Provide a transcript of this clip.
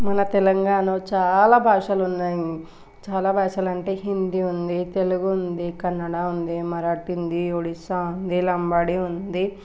మన తెలంగాణలో చాలా భాషలు ఉన్నాయి చాలా భాషలు అంటే హిందీ ఉంది తెలుగు ఉంది కన్నడ ఉంది మరాఠీ ఉంది ఒడిస్సా ఉంది లంబాడి ఉంది